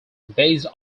based